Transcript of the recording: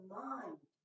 mind